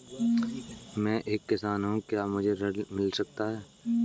मैं एक किसान हूँ क्या मुझे ऋण मिल सकता है?